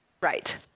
Right